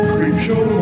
Creepshow